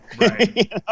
Right